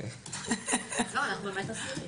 אנחנו באמת עשירית.